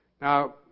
Now